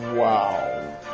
Wow